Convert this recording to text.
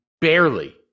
barely